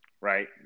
right